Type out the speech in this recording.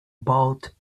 bought